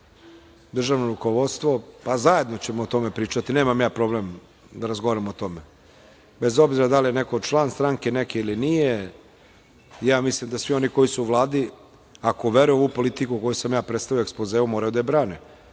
državno rukovodstvo, pa zajedno ćemo o tome pričati. Nemam problem da razgovaram o tome, bez obzira da li je neko član stranke neke ili nije, mislim da svi oni koji su u Vladi, ako veruju u ovu politiku koju sam predstavio u ekspozeu, moraju da je brane